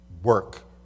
work